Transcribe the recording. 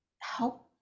help